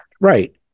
Right